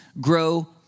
grow